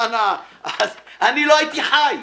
אני לא הייתי חי.